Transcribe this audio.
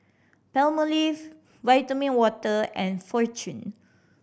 Palmolive Vitamin Water and Fortune